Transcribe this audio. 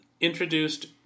introduced